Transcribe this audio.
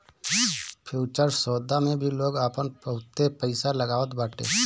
futures सौदा मे भी लोग आपन बहुते पईसा लगावत बाटे